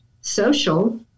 social